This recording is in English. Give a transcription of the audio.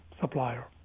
supplier